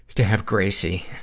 to have gracie,